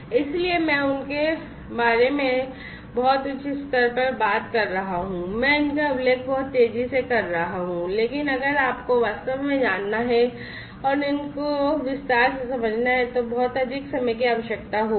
इसलिए मैं इनके बारे में बहुत उच्च स्तर पर बात कर रहा हूं मैं इनका उल्लेख बहुत तेजी से कर रहा हूं लेकिन अगर आपको वास्तव में जानना है और इनको विस्तार से समझना है तो बहुत अधिक समय की आवश्यकता होगी